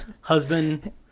husband